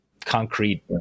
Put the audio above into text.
concrete